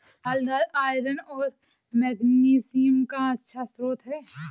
लाल दालआयरन और मैग्नीशियम का अच्छा स्रोत है